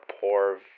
poor